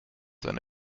seine